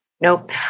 Nope